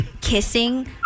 kissing